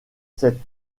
cette